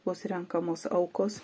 bus renkamos aukos